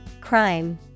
Crime